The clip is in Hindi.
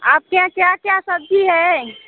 आपके यहाँ क्या क्या सब्ज़ी है